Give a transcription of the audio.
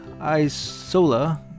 Isola